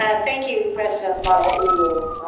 ah thank you, president malauulu.